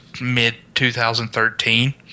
mid-2013